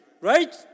Right